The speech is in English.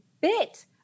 bit